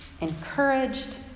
encouraged